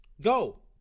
Go